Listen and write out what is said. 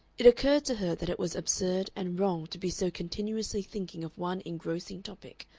it occurred to her that it was absurd and wrong to be so continuously thinking of one engrossing topic,